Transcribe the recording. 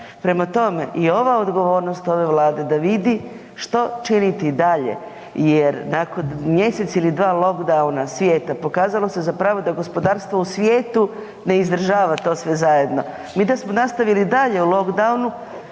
Prema tome i ova odgovornost ove Vlade da vidi što činiti dalje jer nakon mjesec ili dva lockdowna svijeta pokazalo se da gospodarstvo u svijetu ne izdržava to sve zajedno. Mi da smo nastavili i dalje u lockdownu